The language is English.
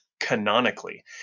canonically